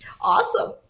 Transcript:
awesome